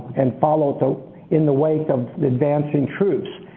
and followed so in the wake of the advancing troops.